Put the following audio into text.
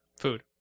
Food